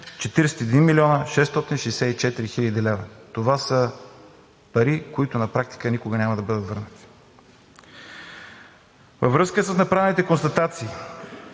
41 млн. 664 хил. лв. Това са пари, които на практика никога няма да бъдат върнати. Във връзка с направените констатации